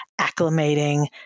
acclimating